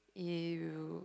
eh you